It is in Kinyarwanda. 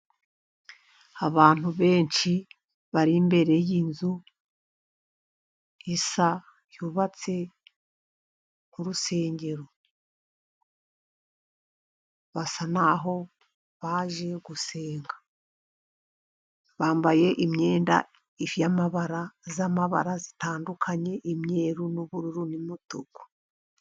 Abantu benshi bari imbere y'inzu, yubatse nkurusengero, basa nkaho baje gusenga, bambaye imyenda yamabara atandukanye, imyeru, n'ubururu n'umutuku.